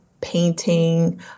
painting